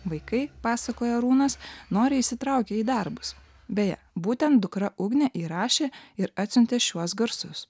vaikai pasakoja arūnas noriai įsitraukia į darbus beje būtent dukra ugnė įrašė ir atsiuntė šiuos garsus